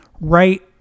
right